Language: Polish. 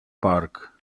park